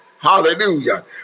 Hallelujah